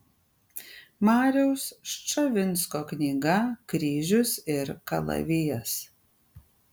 mariaus ščavinsko knyga kryžius ir kalavijas